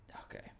Okay